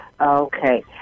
Okay